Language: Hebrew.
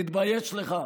תתבייש לך.